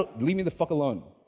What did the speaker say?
but leave me the f ck alone.